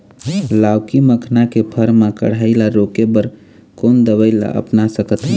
लाउकी मखना के फर मा कढ़ाई ला रोके बर कोन दवई ला अपना सकथन?